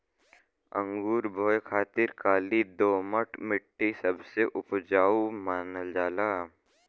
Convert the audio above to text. अंगूर बोए खातिर काली दोमट मट्टी सबसे उपजाऊ मानल जाला